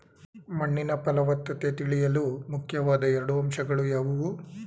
ಮಣ್ಣಿನ ಫಲವತ್ತತೆ ತಿಳಿಯಲು ಮುಖ್ಯವಾದ ಎರಡು ಅಂಶಗಳು ಯಾವುವು?